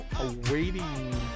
awaiting